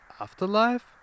afterlife